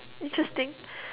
interesting